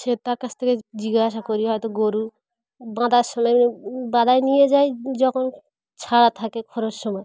সে তার কাছ থেকে জিজ্ঞাসা করি হয়তো গরু বাঁধার সময় বাঁধায় নিয়ে যাই যখন ছাড়া থাকে খরার সময়